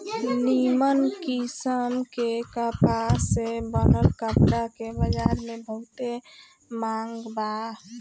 निमन किस्म के कपास से बनल कपड़ा के बजार में बहुते मांग बा